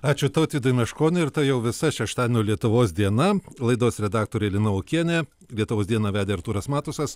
ačiū tautvydui meškoniui ir tai jau visa šeštadienio lietuvos diena laidos redaktorė lina okienė lietuvos dieną vedė artūras matusas